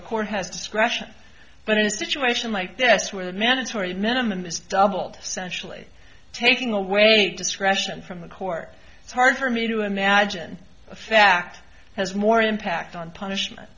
a court has discretion but in a situation like this where the mandatory minimum is doubled sensually taking away discretion from the court it's hard for me to imagine a fact has more impact on punishment